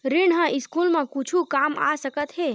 ऋण ह स्कूल मा कुछु काम आ सकत हे?